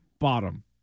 Bottom